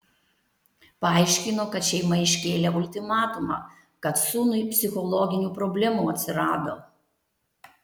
paaiškino kad šeima iškėlė ultimatumą kad sūnui psichologinių problemų atsirado